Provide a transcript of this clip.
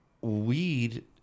weed